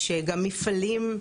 יש גם מפעלים,